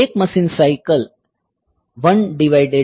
એક machine cycle 111